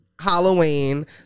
halloween